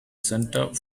centre